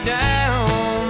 down